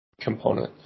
component